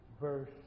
verse